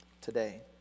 today